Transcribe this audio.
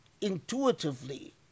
intuitively